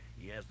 yes